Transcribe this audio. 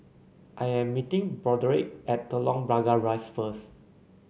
I am meeting Broderick at Telok Blangah Rise first